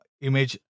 image